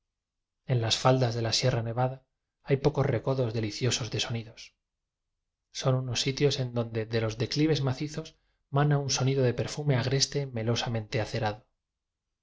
en las faldas de la sie rra nevada hay unos recodos deliciosos de sonidos son unos sitios en donde de los declives macizos mana un sonido de perfume agreste melosamente acerado